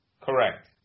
Correct